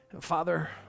Father